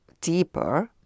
deeper